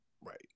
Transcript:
Right